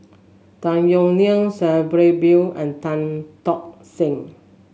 Tan Yeok Nee Sabri Buang and Tan Tock San